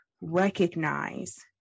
recognize